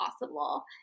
possible